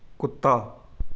ਕੁੱਤਾ